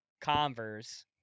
Converse